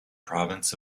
province